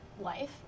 life